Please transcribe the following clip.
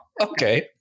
okay